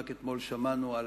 רק אתמול שמענו על